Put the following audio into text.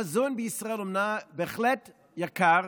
המזון בישראל בהחלט יקר